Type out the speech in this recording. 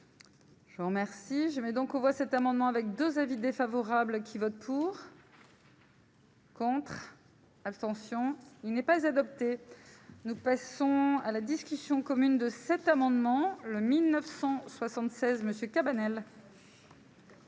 remercie, je mets donc on voit cet amendement avec 2 avis défavorables qui vote pour. Contre, abstention, il n'est pas adopté, nous passons à la discussion commune de cet amendement le 1976 monsieur Cabanel.